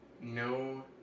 no